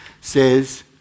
says